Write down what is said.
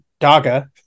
Daga